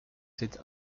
cette